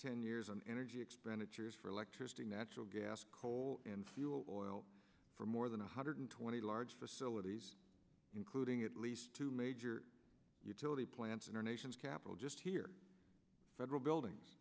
ten years on energy expenditures for electricity natural gas coal and oil for more than one hundred twenty large facilities including at least two major utility plants in our nation's capital just here federal buildings